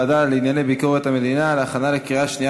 לוועדה לענייני ביקורת המדינה נתקבלה.